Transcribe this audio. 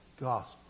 gospel